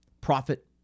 profit